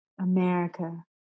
America